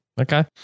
okay